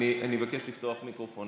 אני אבקש לפתוח מיקרופון